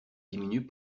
diminuent